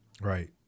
Right